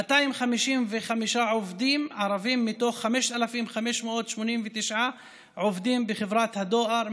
255 עובדים ערבים מתוך 5,589 עובדים בחברת הדואר,